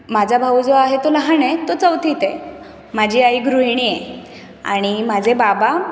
माझा भाऊ जो आहे तो लहान आहे तो चौथीत आहे माझी आई गृहिणी आहे आणि माझे बाबा